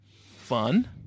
fun